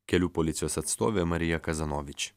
kelių policijos atstovė marija kazanavičių